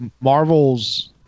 Marvel's